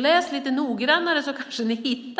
Läs lite noggrannare så kanske ni